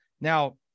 Now